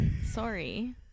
Sorry